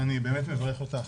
ואני באמת מברך אותך,